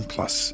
Plus